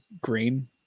green